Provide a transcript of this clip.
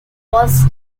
was